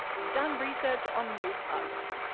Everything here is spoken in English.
has done research on mood targeting.